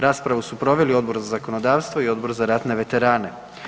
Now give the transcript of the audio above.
Raspravu su proveli Odbor za zakonodavstvo i Odbor za ratne veterane.